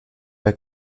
pas